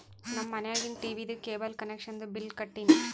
ನಮ್ ಮನ್ಯಾಗಿಂದ್ ಟೀವೀದು ಕೇಬಲ್ ಕನೆಕ್ಷನ್ದು ಬಿಲ್ ಕಟ್ಟಿನ್